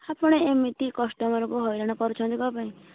ଆପଣ ଏମିତି କଷ୍ଟମର କୁ ହଇରାଣ କରୁଛନ୍ତି କ'ଣ ପାଇଁ